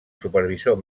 supervisor